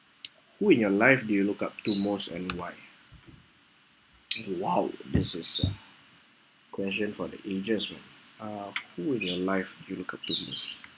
who in your life do you look up to most and !wow! why this is a question for the ages man uh who in your life do you look up to most